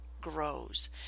grows